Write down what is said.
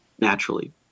naturally